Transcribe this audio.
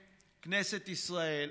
כנסת ישראל,